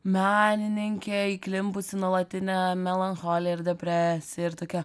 menininkė įklimpusi į nuolatinę melancholiją ir depresiją ir tokia